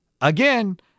Again